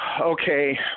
okay